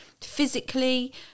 physically